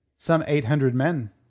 some eight hundred men.